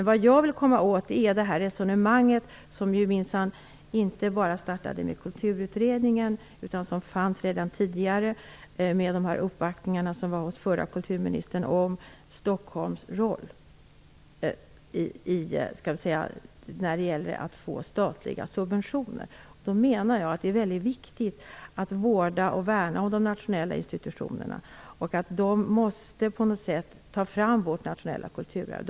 Vad jag vill komma åt är det resonemang som minsann inte startade i och med Kulturutredningen utan som fanns även tidigare med uppvaktningar hos den förra kulturministern om Stockholms roll när det gäller att få statliga subventioner. Det är väldigt viktigt att vårda och värna de nationella institutionerna. De måste ta fram vårt nationella kulturarv.